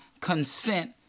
consent